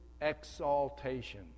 exaltation